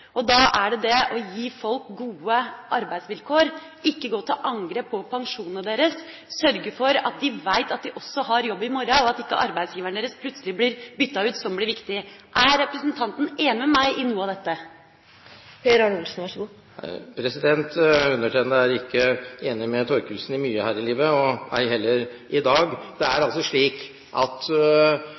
Da blir det å gi folk gode arbeidsvilkår, ikke å gå til angrep på pensjonene deres, å sørge for at de vet at de også har jobb i morgen, og at ikke arbeidsgiverne deres plutselig blir byttet ut, som blir viktig. Er representanten enig med meg i noe av dette? Undertegnede er ikke enig med Thorkildsen i mye her i livet, ei heller i dag. Det er